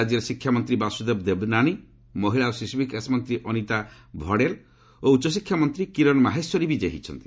ରାଜ୍ୟର ଶିକ୍ଷାମନ୍ତ୍ରୀ ବାସୁଦେବ ଦେବନାନି ମହିଳା ଓ ଶିଶୁ ବିକାଶ ମନ୍ତ୍ରୀ ଅନିତା ଭଡେଲ୍ ଓ ଉଚ୍ଚ ଶିକ୍ଷା ମନ୍ତ୍ରୀ କୀରଣ ମାହେଶ୍ୱରୀ ବିକୟୀ ହୋଇଛନ୍ତି